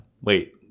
Wait